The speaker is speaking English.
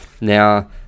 now